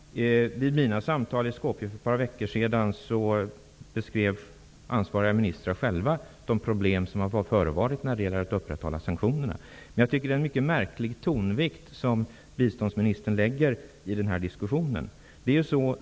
Herr talman! Vid mina samtal i Skopje för ett par veckor sedan beskrev ansvariga ministrar själva de problem som har förevarit när det gäller att upprätthålla sanktionerna. Jag tycker att det är märkligt hur biståndsministern lägger tonvikten i den här diskussionen.